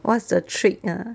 what's the trick ah